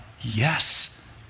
Yes